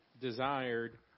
desired